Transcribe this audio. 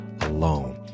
alone